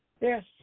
yes